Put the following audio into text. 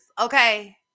Okay